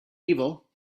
evil